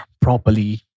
properly